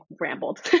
rambled